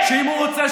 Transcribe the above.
שאם הוא רוצה,